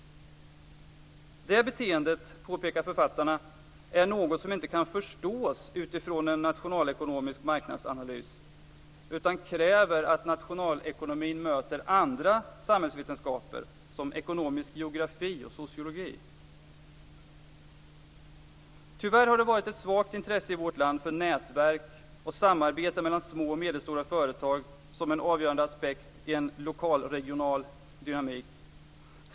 Detta beteende, påpekar författarna, är något som inte kan förstås utifrån en nationalekonomisk marknadsanalys utan kräver att nationalekonomin möter andra samhällsvetenskaper, som ekonomisk geografi och sociologi. Tyvärr har det varit ett svagt intresse i vårt land för nätverk och samarbeten mellan små och medelstora företag som en avgörande aspekt i en lokalregional dynamik.